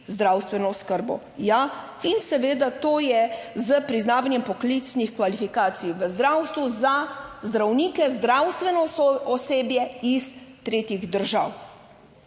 zdravstveno oskrbo. Ja, in seveda, to je s priznavanjem poklicnih kvalifikacij v zdravstvu za zdravnike, zdravstveno osebje iz tretjih držav.